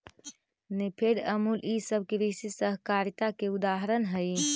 नेफेड, अमूल ई सब कृषि सहकारिता के उदाहरण हई